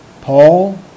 Paul